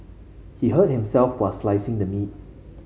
he hurt himself while slicing the meat